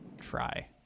try